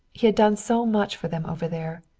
he had done so much for them over there.